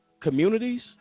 communities